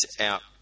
out